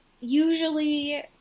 usually